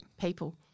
People